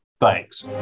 Thanks